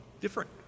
different